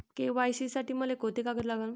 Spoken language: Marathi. के.वाय.सी साठी मले कोंते कागद लागन?